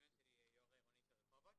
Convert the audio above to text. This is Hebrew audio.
אמא שלי היא יו"ר --- של רחובות.